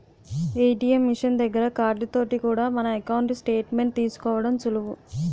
ATM machine దగ్గర card తోటి కూడా మన ఎకౌంటు స్టేట్ మెంట్ తీసుకోవడం సులువు